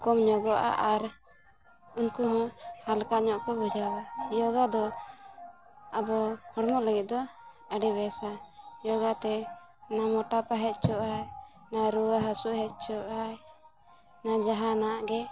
ᱠᱚᱢ ᱧᱚᱜᱚᱜᱼᱟ ᱟᱨ ᱩᱱᱠᱩ ᱦᱚᱸ ᱦᱟᱞᱠᱟ ᱧᱚᱜ ᱠᱚ ᱵᱩᱡᱷᱟᱹᱣᱟ ᱡᱚᱜᱟ ᱫᱚ ᱟᱵᱚ ᱦᱚᱲᱢᱚ ᱞᱟᱹᱜᱤᱫ ᱫᱚ ᱟᱹᱰᱤ ᱵᱮᱥᱟ ᱡᱳᱜᱟ ᱛᱮ ᱱᱟ ᱢᱚᱴᱟᱯᱟ ᱦᱮᱡ ᱪᱚᱜ ᱟᱭ ᱱᱟ ᱨᱩᱣᱟᱹ ᱦᱟᱹᱥᱩ ᱦᱮᱡ ᱪᱚᱜ ᱟᱭ ᱡᱟᱦᱟᱸᱟᱜ ᱜᱮ